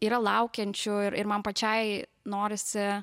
yra laukiančių ir ir man pačiai norisi